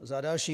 Za další.